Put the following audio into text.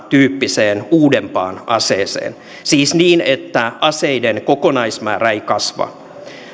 tyyppiseen uudempaan aseeseen siis niin että aseiden kokonaismäärä ei kasva